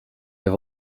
have